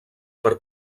per